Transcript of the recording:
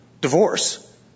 divorce